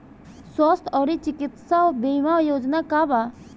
स्वस्थ और चिकित्सा बीमा योजना का बा?